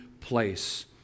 place